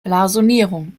blasonierung